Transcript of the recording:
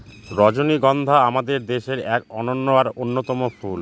রজনীগন্ধা আমাদের দেশের এক অনন্য আর অন্যতম ফুল